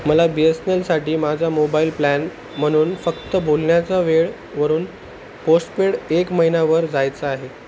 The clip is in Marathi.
मला बी एस नेलसाठी माझा मोबाईल प्लॅन म्हणून फक्त बोलण्याचा वेळवरून पोस्टपेड एक महिन्यावर जायचं आहे